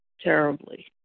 terribly